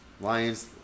Lions